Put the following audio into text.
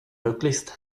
möglichst